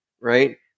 right